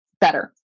better